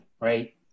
right